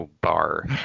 bar